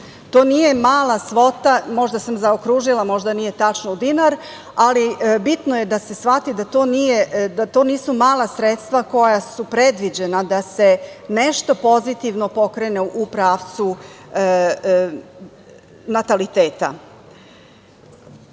to nije mala svota, možda sam zaokružila, možda nije tačno u dinar, ali bitno je da se shvati da to nisu mala sredstva koja su predviđena da se nešto pozitivno pokrene u pravcu nataliteta. Ono